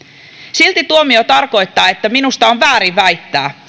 silti tuomio tarkoittaa sitä että minusta on väärin väittää